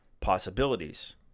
possibilities